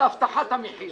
להבטחת המחיר.